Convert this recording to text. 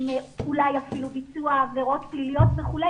עם אולי אפילו ביצוע עבירות פליליות וכו'.